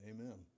Amen